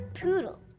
poodle